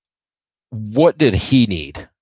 what did he need?